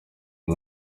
uyu